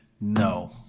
no